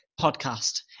podcast